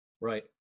Right